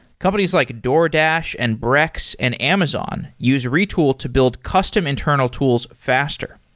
companies like doordash, and brex, and amazon use retool to build custom internal tools faster.